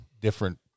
different